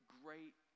great